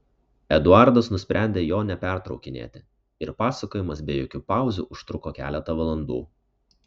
eduardas nusprendė jo nepertraukinėti ir pasakojimas be jokių pauzių užtruko keletą valandų